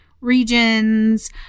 regions